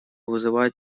вызывают